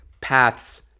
paths